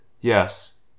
yes